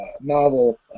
novel